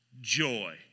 joy